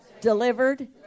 delivered